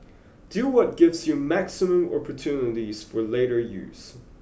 do what gives you maximum opportunities for later use